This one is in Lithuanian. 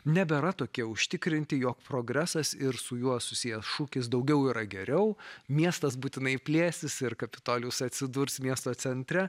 nebėra tokie užtikrinti jog progresas ir su juo susijęs šūkis daugiau yra geriau miestas būtinai plėsis ir kapitolijus atsidurs miesto centre